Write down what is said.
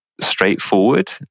straightforward